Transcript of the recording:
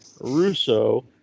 Russo